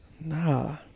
Nah